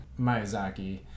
Miyazaki